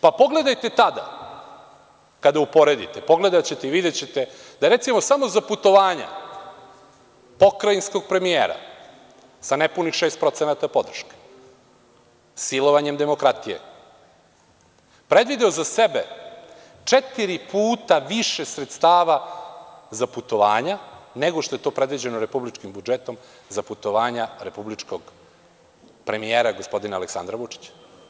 Pogledajte tada kada uporedite, pogledaćete i videćete, da recimo samo za putovanja pokrajinskog premijera sa nepunih 6% podrške, silovanjem demokratije, predvideo za sebe četiri puta više sredstava za putovanja nego što je to predviđeno republičkim budžetom za republičkog premijera gospodina Aleksandra Vučića.